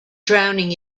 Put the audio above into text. drowning